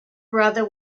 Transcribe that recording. brother